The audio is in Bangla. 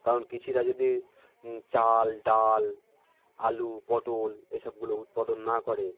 কারণ কৃষিরা যদি চাল ডাল আলু পটল এসবগুলো উৎপাদন না করে